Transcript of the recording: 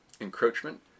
encroachment